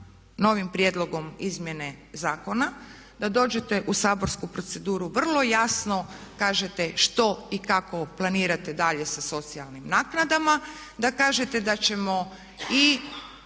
novim prijedlogom izmjene zakona, da dođete u saborsku proceduru vrlo jasno kažete što i kako planirate dalje sa socijalnim naknadama, da kažete da ćemo i